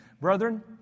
Brethren